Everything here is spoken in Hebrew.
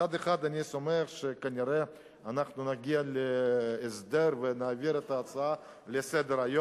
מצד אחד אני שמח שכנראה אנחנו נגיע להסדר ונעביר את ההצעה לסדר-היום,